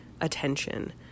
attention